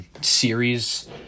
series